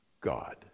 God